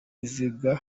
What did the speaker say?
aziga